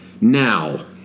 Now